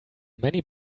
many